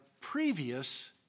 previous